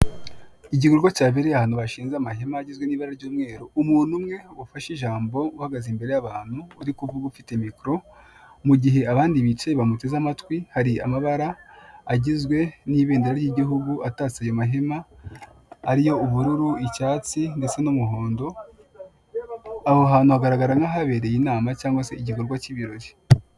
Uburyo bukoreshwa mu kwamamaza ikigo cy'ubwishingizi naho kika gisohora ikarita iriho aho wagisanga ugikeneye.